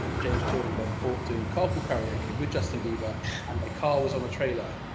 ah james corden got caught doing carpool karaoke with justin bieber and the car was on a trailer.